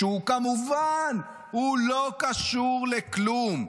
שהוא כמובן לא קשור לכלום.